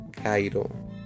Cairo